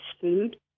food